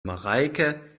mareike